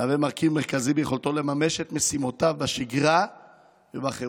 הוא מרכיב מרכזי ביכולתו לממש את משימותיו בשגרה ובחירום.